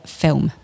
film